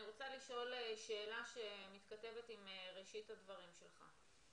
אני רוצה לשאול שאלה שמתכתבת עם ראשית הדברים שלך.